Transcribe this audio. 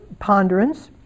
ponderance